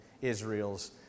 Israel's